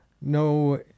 no